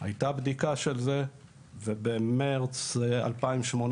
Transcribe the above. הייתה בדיקה של זה ובמרץ 2018,